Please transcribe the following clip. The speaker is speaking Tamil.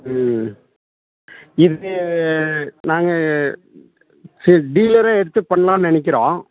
ம் இது நாங்கள் சரி டீலரே எடுத்து பண்ணலான்னு நினைக்கிறோம்